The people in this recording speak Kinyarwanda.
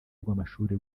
rw’amashuri